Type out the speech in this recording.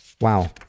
Wow